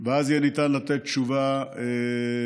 ואז יהיה ניתן לתת תשובה מסודרת.